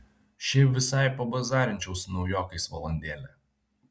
šiaip visai pabazarinčiau su naujokais valandėlę